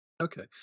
Okay